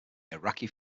iraqi